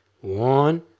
one